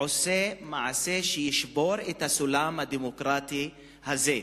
עושה מעשה שישבור את הסולם הדמוקרטי הזה.